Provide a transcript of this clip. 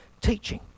teaching